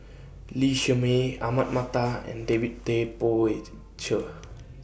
Lee Shermay Ahmad Mattar and David Tay Poey Cher